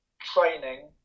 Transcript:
training